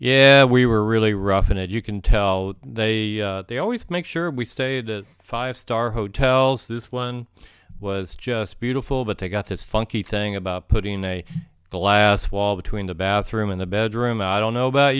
yeah we were really rough in it you can tell they they always make sure we stayed at five star hotels this one was just beautiful but they got this funky thing about putting a glass wall between the bathroom and the bedroom and i don't know about